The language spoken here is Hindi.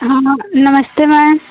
हाँ नमस्ते मैम